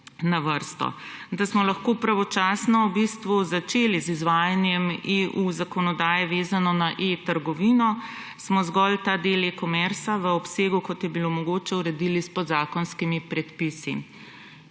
na vrsto. Da smo lahko pravočasno začeli iz izvajanjem EU zakonodaje, vezano na e-trgovino, smo zgolj ta del e-commerca v obsegu, kot je bilo mogoče, uredili s podzakonskimi predpisi.